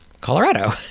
Colorado